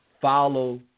follow